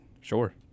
Sure